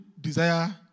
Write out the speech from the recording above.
desire